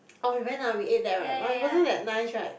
oh we went ah we ate that but it wasn't that nice right